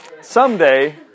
Someday